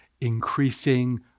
increasing